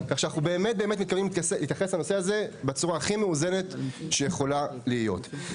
אנחנו באמת מתכוונים להתייחס לנושא הזה בצורה הכי מאוזנת שיכולה להיות.